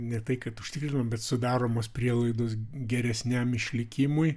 ne tai kad užtikrinamas bet sudaromos prielaidos geresniam išlikimui